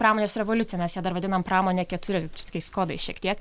pramonės revoliucija mes ją dar vadinam pramone keturi čia tokiais kodais šiek tiek